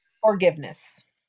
forgiveness